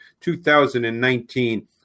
2019